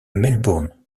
melbourne